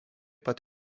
pat